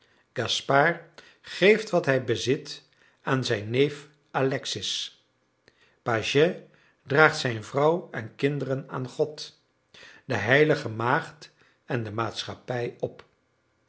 gaspard geeft wat hij bezit aan zijn neef alexis pagès draagt zijn vrouw en kinderen aan god de heilige maagd en de maatschappij op